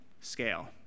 scale